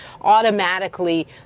automatically